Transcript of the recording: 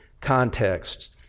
contexts